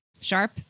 sharp